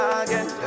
again